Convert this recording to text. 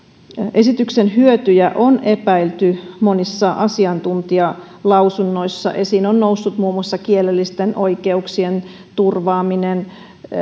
esityksen hyötyjä on epäilty monissa asiantuntijalausunnoissa esiin on noussut muun muassa kielellisten oikeuksien turvaaminen